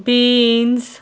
beans